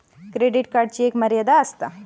credit कार्डची एक मर्यादा आसता